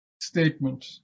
statement